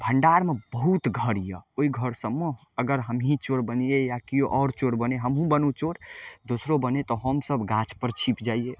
भण्डारमे बहुत घर यऽ ओइ घर सबमे अगर हमही चोर बनियै या केओ आओर चोर बनय हमहुँ बनू चोर दोसरो बनय तऽ हमसब गाछपर छिप जाइए